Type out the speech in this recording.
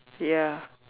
ya